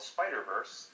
Spider-Verse